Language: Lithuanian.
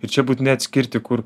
ir čia būtinai atskirti kur